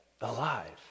alive